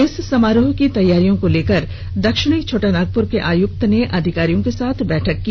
इस समारोह की तैयारियों को लेकर दक्षिणी छोटानागपुर के आयुक्त ने अधिकारियों के साथ बैठक की